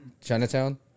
Chinatown